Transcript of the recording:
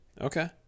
Okay